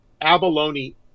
abalone